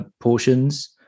portions